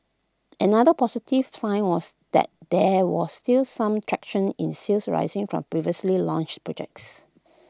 another positive sign was that there was still some traction in sales arising from previously launched projects